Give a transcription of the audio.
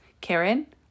Karen